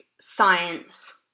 science